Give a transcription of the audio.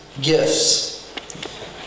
gifts